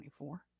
24